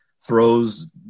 throws